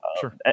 sure